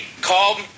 called